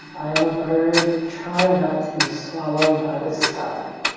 i am a bird trying not to be swallowed by the sky.